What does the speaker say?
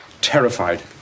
terrified